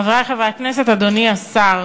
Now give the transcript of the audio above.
תודה רבה, חברי חברי הכנסת, אדוני השר,